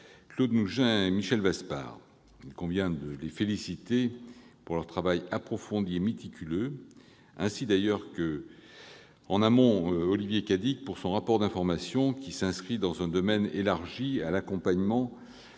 Claude Nougein et Michel Vaspart. Il convient de les féliciter pour leur travail approfondi et méticuleux, ainsi, d'ailleurs, qu'Olivier Cadic pour son rapport d'information relatif à l'accompagnement